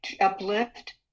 uplift